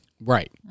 right